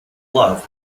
love